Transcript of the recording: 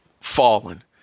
fallen